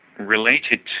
related